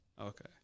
Okay